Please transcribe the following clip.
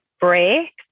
break